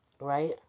Right